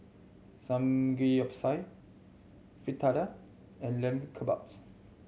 Samgeyopsal Fritada and Lamb Kebabs